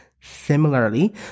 similarly